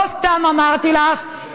לא סתם אמרתי לך, כמה את שטחית.